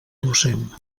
docent